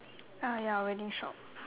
ah ya wedding shop